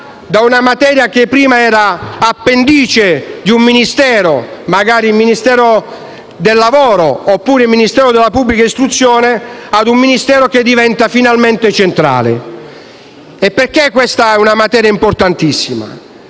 da una materia che prima era appendice di un Ministero, magari il Ministero del lavoro oppure il Ministero della pubblica istruzione, a un Ministero che diventa finalmente centrale. Perché questa è una materia importantissima?